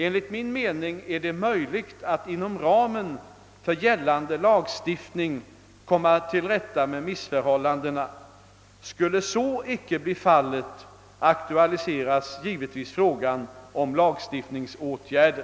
Enligt min mening är det möjligt att inom ramen för gällande lagstiftning komma till rätta med missförhållandena. Skulle så icke bli fallet, aktualiseras givetvis frågan om lagstiftningsåtgärder.